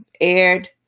aired